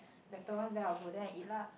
better ones then I will go there and eat lah